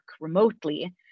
remotely